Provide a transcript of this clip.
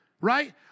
Right